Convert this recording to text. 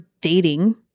dating